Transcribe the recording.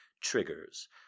Triggers